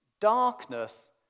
Darkness